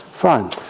Fine